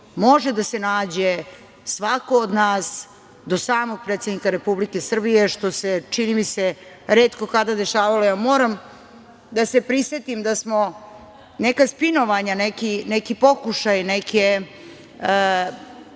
može da se nađe svako od nas do samog predsednika Republike Srbije, što se, čini mi se, retko kada dešavalo. Ja moram da se prisetim da smo neka spinovanja, neki pokušaj, neke